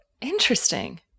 Interesting